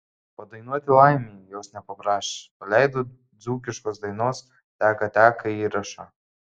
padainuoti laimei jos nepaprašė paleido dzūkiškos dainos teka teka įrašą